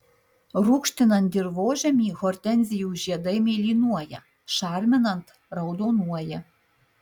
rūgštinant dirvožemį hortenzijų žiedai mėlynuoja šarminant raudonuoja